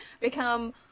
become